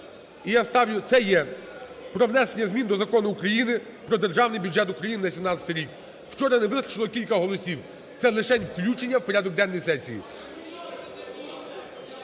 про внесення змін до Закону України "Про Державний бюджет України на 2017 рік". Вчора не вистачило кілька голосів. Це лишень включення у порядок денний сесії.